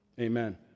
Amen